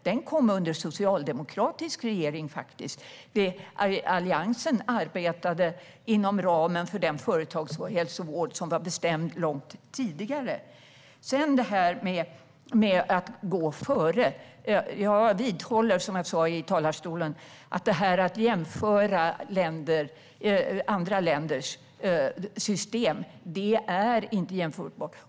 Den kom faktiskt under socialdemokratisk regering. Alliansen arbetade inom ramen för den företagshälsovård som var bestämd långt tidigare. Sedan gäller det detta med att gå före. Jag vidhåller det som jag sa i talarstolen när det gäller att jämföra med andra länders system. Det är inte jämförbart.